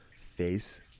face